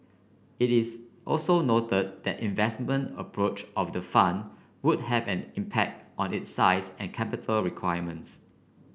it is also noted that investment approach of the fund would have an impact on its size and capital requirements